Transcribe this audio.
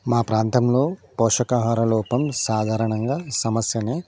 మా ప్రాంతంలో పోషకాహార లోపం సాధారణంగా సమస్యనే